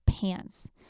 pants